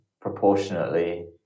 proportionately